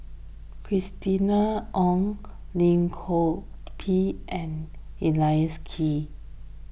Christina Ong Lim Chor Pee and Leslie Kee